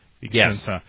Yes